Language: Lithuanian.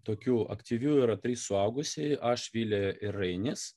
tokių aktyvių yra trys suaugusieji aš vilė ir ainis